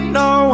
no